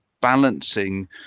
balancing